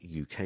UK